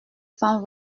cents